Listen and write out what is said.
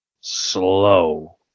slow